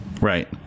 right